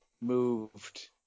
moved